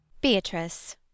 Beatrice